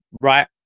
right